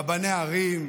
רבני ערים,